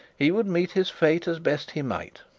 he would meet his fate as best he might.